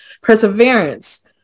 perseverance